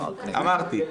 אמרתי.